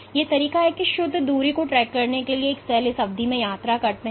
तो एक तरीका यह है कि शुद्ध दूरी को ट्रैक करने के लिए कि ये सेल उस अवधि में यात्रा करते हैं